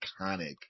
iconic